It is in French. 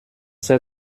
ces